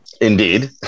Indeed